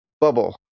bubble